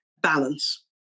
balance